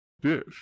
Dish